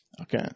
okay